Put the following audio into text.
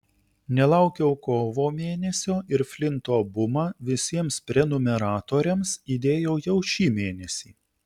nelaukiau kovo mėnesio ir flinto bumą visiems prenumeratoriams įdėjau jau šį mėnesį